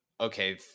okay